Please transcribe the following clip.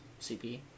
CP